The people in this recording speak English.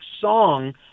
song